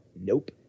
Nope